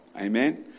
Amen